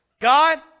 God